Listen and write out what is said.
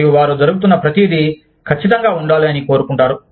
మరియు వారు జరుగుతున్న ప్రతిదీ ఖచ్చితంగా ఉండాలి అని కోరుకుంటారు